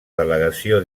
delegació